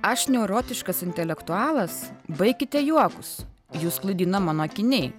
aš neurotiškas intelektualas baikite juokus jus klaidina mano akiniai